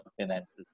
finances